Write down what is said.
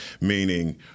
meaning